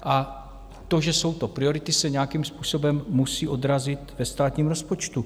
A to, že jsou to priority, se nějakým způsobem musí odrazit ve státním rozpočtu.